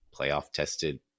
playoff-tested